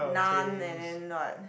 naan and then what